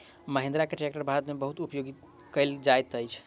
महिंद्रा के ट्रेक्टर भारत में बहुत उपयोग कयल जाइत अछि